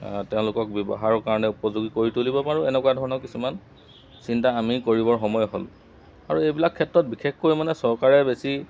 তেওঁলোকক ব্যৱহাৰৰ কাৰণে উপযোগী কৰি তুলিব পাৰোঁ এনেকুৱা ধৰণৰ কিছুমান চিন্তা আমি কৰিবৰ সময় হ'ল আৰু এইবিলাক ক্ষেত্ৰত বিশেষকৈ মানে চৰকাৰে বেছি